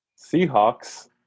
seahawks